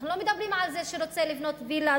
אנחנו לא מדברים על זה שרוצה לבנות וילה,